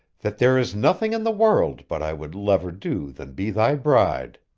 that there is nothing in the world but i would lever do than be thy bride!